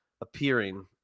appearing